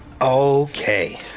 Okay